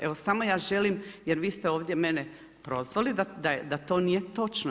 Evo samo ja želim, jer vi ste ovdje mene prozvali, da to nije točno.